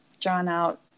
drawn-out